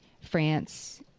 France